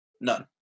None